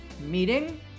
meeting